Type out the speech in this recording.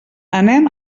anem